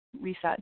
reset